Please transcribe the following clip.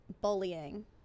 bullying